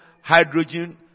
hydrogen